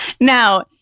Now